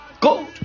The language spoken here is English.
Gold